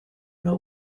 know